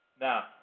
Now